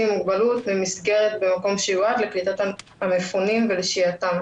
עם מוגבלות במסגרת במקום שיועד לקליטת המפונים ולשהייתם".